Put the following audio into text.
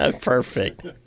Perfect